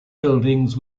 buildings